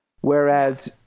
Whereas